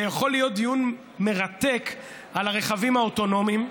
זה יכול להיות דיון מרתק על הרכבים האוטונומיים,